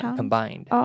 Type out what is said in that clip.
combined